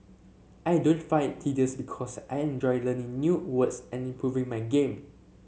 I don't find tedious because I enjoy learning new words and improving my game